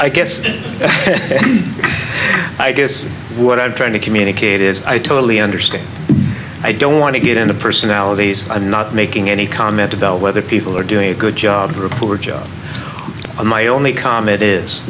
i guess i guess what i'm trying to communicate is i totally understand i don't want to get into personalities and not making any comment about whether people are doing a good job or a poor job on my only comment is